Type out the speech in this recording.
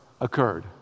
occurred